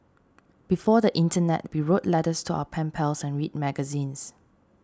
before the internet we wrote letters to our pen pals and read magazines